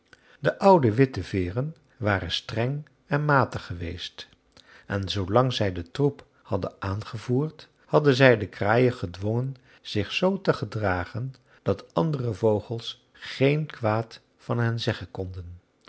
de oude witteveeren waren streng en matig geweest en zoo lang zij den troep hadden aangevoerd hadden zij de kraaien gedwongen zich zoo te gedragen dat andere vogels geen kwaad van hen zeggen konden